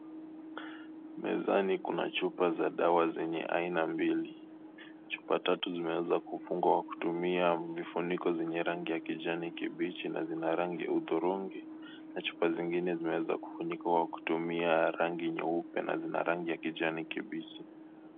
Mezani kuna chupa za dawa zenye aina mbili. Chupa tatu zimeweza kufungwa kwa kutumia vifuniko zenye rangi ya kijani kibichi na zina rangi ya hudhurungi na chupa zingine zimeweza kufunikwa kwa kutumia rangi nyeupe na zina rangi ya kijani kibichi.